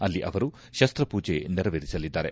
ಅಲ್ಲಿ ಅವರು ಶಸ್ತ ಪೂಜೆ ನೆರವೆರಿಸಲಿದ್ದಾರೆ